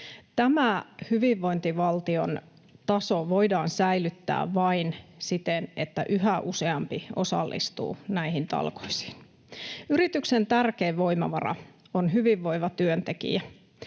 Tämä hyvinvointivaltion taso voidaan säilyttää vain siten, että yhä useampi osallistuu näihin talkoisiin. Yrityksen tärkein voimavara on hyvinvoiva työntekijä.